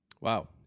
wow